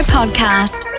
Podcast